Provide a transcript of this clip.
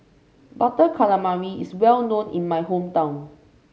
Butter Calamari is well known in my hometown